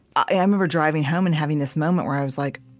i remember driving home and having this moment where i was like,